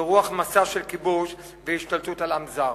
ברוח מסע של כיבוש והשתלטות על עם זר.